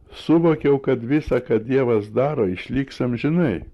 suvokiau kad visa ką dievas daro išliks amžinai